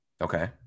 Okay